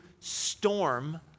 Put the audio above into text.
storm